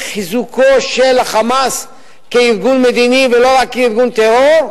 חיזוקו של ה"חמאס" כארגון מדיני ולא רק ארגון טרור,